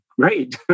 great